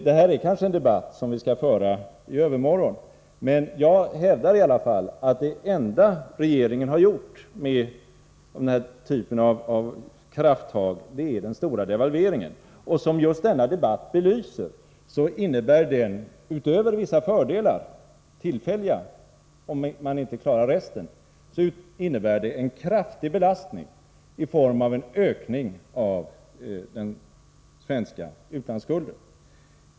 Detta kanske är en debatt som vi skall föra i övermorgon, men jag vill i alla fall hävda att det enda krafttag som regeringen har svarat för är den stora devalveringen. Och som just denna debatt belyser innebär den — utöver vissa fördelar som blir tillfälliga om man inte klarar uppföljningen —en kraftig belastning i form av en ökning av den svenska utlandsskulden.